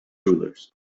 rulers